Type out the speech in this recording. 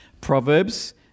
Proverbs